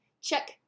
Check